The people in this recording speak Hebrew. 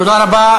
תודה רבה.